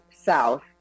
south